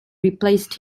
replaced